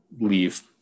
leave